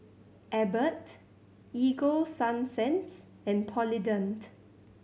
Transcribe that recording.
Abbott Ego Sunsense and Polident